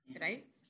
right